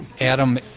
Adam